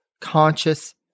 conscious